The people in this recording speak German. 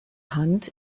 hand